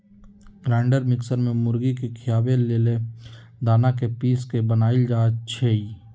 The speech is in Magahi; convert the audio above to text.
ग्राइंडर मिक्सर में मुर्गी के खियाबे लेल दना के पिस के बनाएल जाइ छइ